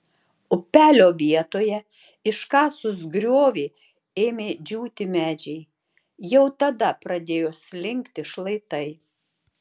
upelio vietoje iškasus griovį ėmė džiūti medžiai jau tada pradėjo slinkti šlaitai